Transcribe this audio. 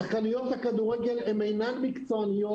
כי שחקניות הכדורגל הן אינן מקצועיות,